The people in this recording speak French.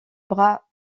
bras